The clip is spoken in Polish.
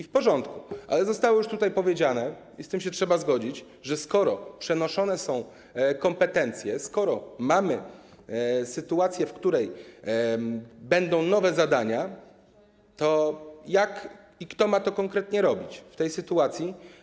W porządku, ale zostało już tutaj powiedziane, i z tym się trzeba zgodzić, że skoro przenoszone są kompetencje, skoro mamy sytuację, w której będą nowe zadania, to jak i kto ma to konkretnie robić w tej sytuacji.